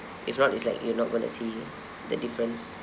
if not it's like you're not going to see the difference